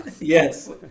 Yes